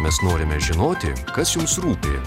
mes norime žinoti kas jums rūpi